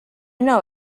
know